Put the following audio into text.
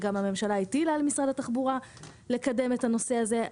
והממשלה גם הטילה על משרד התחבורה לקדם את הנושא הזה.